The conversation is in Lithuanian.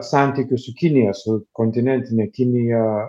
santykius su kinija su kontinentine kinija